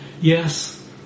yes